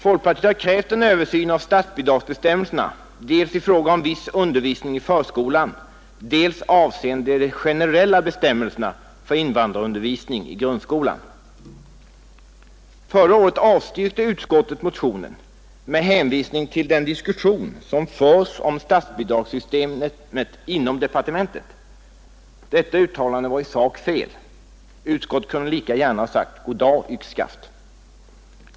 Folkpartiet har krävt en översyn av statsbidragsbestämmelserna dels i fråga om viss undervisning i förskolan, dels avseende de generella bestämmelserna för invandrarundervisning i grundskolan. Förra året avstyrkte utskottet motionen med hänvisning till den diskussion som förs om statsbidragssystemet inom departementet. Detta uttalande var i sak fel. Utskottet kunde lika gärna ha sagt: ”Goddag — yxskaft”.